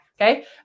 Okay